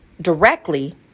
directly